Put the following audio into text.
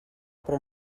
però